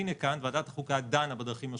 והינה כאן, ועדת החוקה דנה בדרכים השונות.